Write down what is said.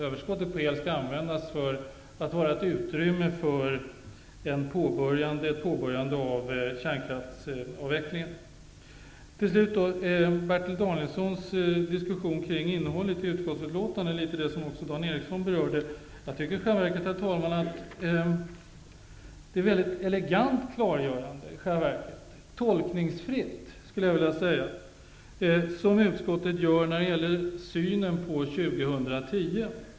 Överskottet skall i stället användas som ett utrymme för att kunna påbörja kärnkraftsavvecklingen. Slutligen vill jag nämna något om Bertil Danielssons diskussion kring innehållet i utskottsbetänkandet, vilket också Dan Ericsson berörde. Herr talman! Jag tycker i själva verket att det är ett mycket elegant och tolkningsfritt klargörande som utskottet gör när det gäller synen på år 2010.